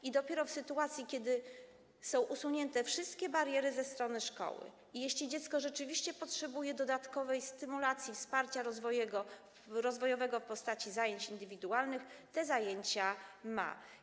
I dopiero w sytuacji, kiedy są usunięte wszystkie bariery ze strony szkoły i jeśli dziecko rzeczywiście potrzebuje dodatkowej stymulacji, wsparcia rozwojowego w postaci zajęć indywidualnych, te zajęcia ma.